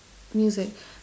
music